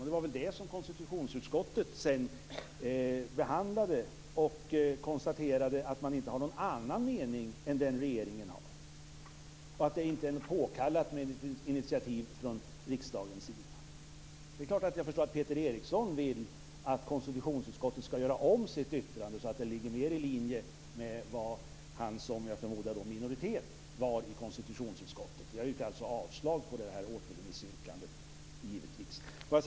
Det är det som konstitutionsutskottet sedan behandlade och konstaterade att man inte har någon annan mening än den regeringen har, att det inte är påkallat med ett initiativ från riksdagens sida. Jag förstår att Peter Eriksson vill att konstitutionsutskottet skall göra om sitt yttrande så att det ligger mer i linje med vad han som, förmodar jag, var i minoritet ansåg i konstitutionsutskottet. Jag yrkar givetvis avslag på återremissförslaget.